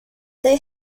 they